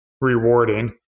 rewarding